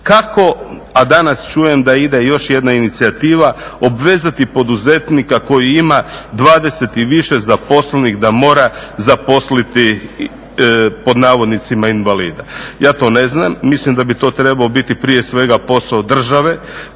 Kako, a danas čujem da ide još jedna inicijativa obvezati poduzetnika koji ima 20 i više zaposlenih da mora zaposliti pod navodnicima invalida. Ja to ne znam, mislim da bi to trebao biti prije svega posao države.